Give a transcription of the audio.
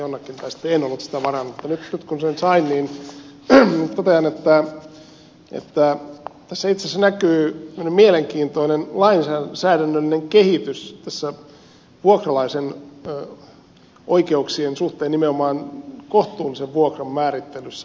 mutta nyt kun sen sain niin totean että tässä itse asiassa näkyy semmoinen mielenkiintoinen lainsäädännöllinen kehitys vuokralaisen oikeuksien suhteen nimenomaan kohtuullisen vuokran määrittelyssä